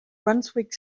brunswick